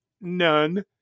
None